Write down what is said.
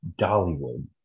dollywood